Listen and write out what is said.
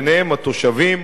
בהם התושבים,